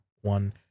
one